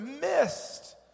missed